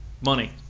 money